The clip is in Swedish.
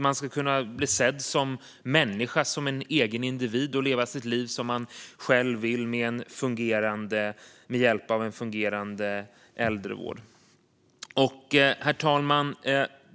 Man ska kunna bli sedd som människa, som en egen individ, och leva sitt liv som man själv vill, med hjälp av en fungerande äldrevård. Herr talman!